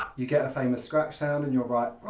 you get a famous scratch sound and you're right,